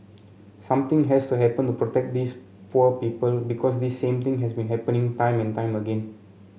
something has to happen to protect these poor people because this same thing has been happening time and time again